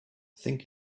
think